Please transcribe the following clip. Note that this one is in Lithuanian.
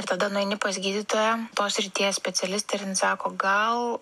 tada nueini pas gydytoją tos srities specialistę ir jin sako gal